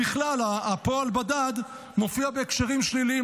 בכלל הפועל בדד מופיע בהקשרים שליליים,